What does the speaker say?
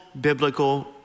biblical